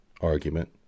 argument